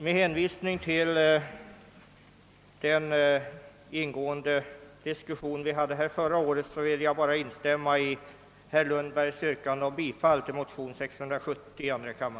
Med hänvisning till den ingående diskussionen som fördes förra året vill jag instämma i herr Lundbergs yrkande om bifall till motionen II: 670.